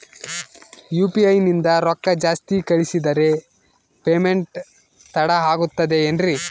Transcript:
UPI ನಿಂದ ರೊಕ್ಕ ಜಾಸ್ತಿ ಕಳಿಸಿದರೆ ಪೇಮೆಂಟ್ ತಡ ಆಗುತ್ತದೆ ಎನ್ರಿ?